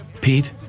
Pete